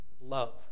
Love